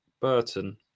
Burton